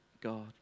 God